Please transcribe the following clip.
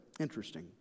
Interesting